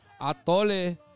Atole